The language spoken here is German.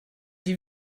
die